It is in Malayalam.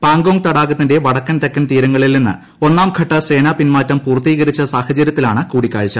പാങ്കോംഗ് തടാകത്തിന്റെ വടക്കൻ തെക്കൻ തീരങ്ങളിൽ നിന്ന് ഒന്നാംഘട്ട സേനാപിന്മാറ്റം പൂർത്തീകരിച്ച സാഹചര്യത്തിലാണ് കൂടിക്കാഴ്ച